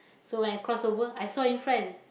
so when I cross over I saw in front